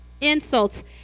insults